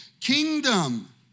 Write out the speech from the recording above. kingdom